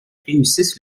réussisse